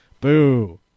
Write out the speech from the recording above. boo